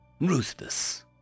ruthless